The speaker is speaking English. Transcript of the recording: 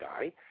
guy